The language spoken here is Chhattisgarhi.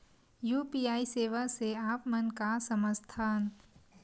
यू.पी.आई सेवा से आप मन का समझ थान?